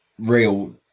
real